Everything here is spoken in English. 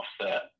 offset